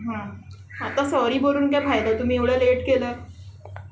हं आता सॉरी बरून काय फायदा तुम्ही एवढं लेट केलं